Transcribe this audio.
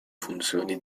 funzioni